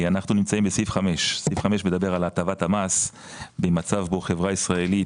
אנחנו נמצאים בסעיף 5. סעיף 5 מדבר על הטבת המס ממצב בו חברה ישראלית,